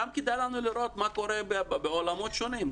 גם כדאי לנו לראות מה קורה בעולמות שונים,